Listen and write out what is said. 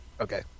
Okay